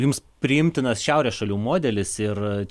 jums priimtinas šiaurės šalių modelis ir